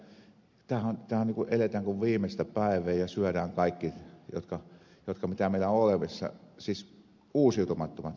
tämähän on jotta eletään niin kuin viimeistä päivää ja syödään kaikki mitä meillä on olemassa siis uusiutumattomat